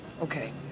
Okay